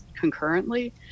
concurrently